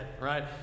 right